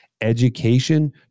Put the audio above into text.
education